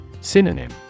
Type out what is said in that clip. Synonym